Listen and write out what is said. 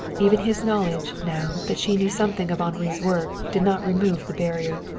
even his knowledge, now, that she knew something of henri's work, did not remove the barrier.